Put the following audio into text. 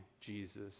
Jesus